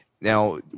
now